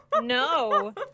No